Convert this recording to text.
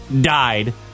died